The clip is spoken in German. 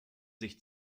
sich